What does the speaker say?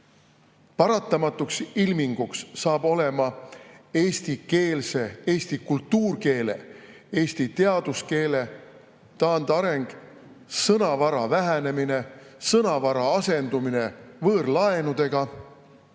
paratamatuks ilminguks saab olema eesti kultuurkeele, eesti teaduskeele taandareng, sõnavara vähenemine, sõnavara asendumine võõrlaenudega